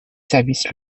services